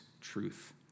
truth